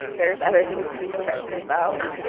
there's other things to be stressing about.